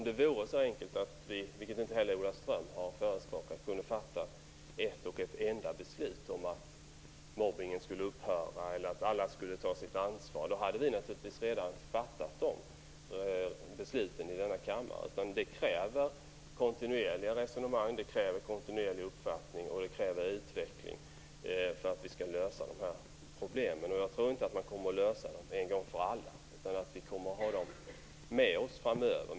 Det är inte så enkelt - det har inte heller Ola Ström förespråkat - att vi kan fatta ett enda beslut om att mobbningen skulle upphöra eller om att alla skulle ta sitt ansvar. I så fall skulle vi naturligtvis redan ha fattat de besluten i denna kammare. Det krävs kontinuerliga resonemang och uppfattningar, och det krävs utveckling för att vi skall kunna lösa de här problemen. Jag tror inte att de kommer att lösas en gång för alla, utan att vi kommer att ha dem med oss framöver.